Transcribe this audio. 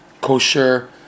kosher